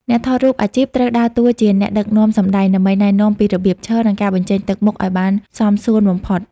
អ្នកថតរូបអាជីពត្រូវដើរតួជាអ្នកដឹកនាំសម្តែង ដើម្បីណែនាំពីរបៀបឈរ និងការបញ្ចេញទឹកមុខឱ្យបានសមសួនបំផុត។